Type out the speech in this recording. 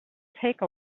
take